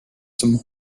some